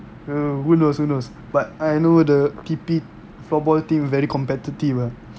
ya who knows who knows but I know the T_P floor ball team very competitive ah